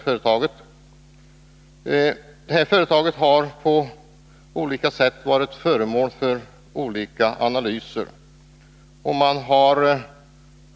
Luxor har varit föremål för olika analyser.